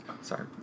Sorry